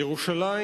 ירושלים